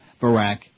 Barack